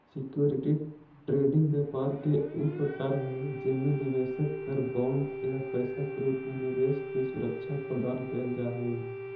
security trading व्यापार के ऊ प्रकार हई जेमे निवेशक कर बॉन्ड या पैसा के रूप में निवेश के सुरक्षा प्रदान कैल जा हइ